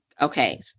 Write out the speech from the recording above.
Okay